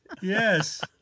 Yes